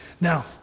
Now